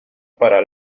para